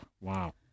Wow